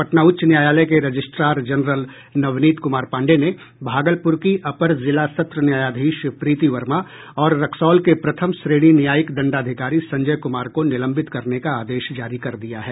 पटना उच्च न्यायालय के रजिस्ट्रार जनरल नवनीत कुमार पांडे ने भागलपुर की अपर जिला सत्र न्यायाधीश प्रीति वर्मा और रक्सौल के प्रथम श्रेणी न्यायिक दंडाधिकारी संजय कुमार को निलंबित करने का आदेश जारी कर दिया है